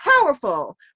powerful